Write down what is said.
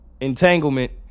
Entanglement